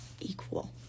equal